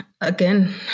again